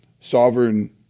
sovereign